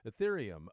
Ethereum